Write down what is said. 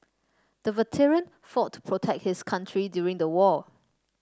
the veteran fought to protect his country during the war